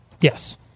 Yes